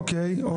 אוקיי.